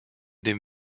dem